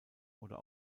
oder